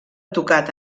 tocat